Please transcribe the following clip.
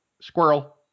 squirrel